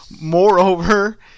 Moreover